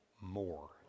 more